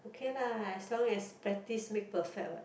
okay lah as long as practice make perfect what